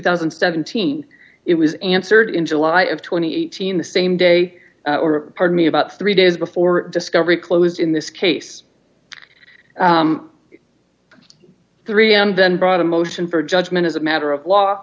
thousand and seventeen it was answered in july of two thousand and eighteen the same day or pardon me about three days before discovery closed in this case three and then brought a motion for judgment as a matter of law